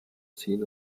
seen